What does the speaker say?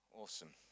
Awesome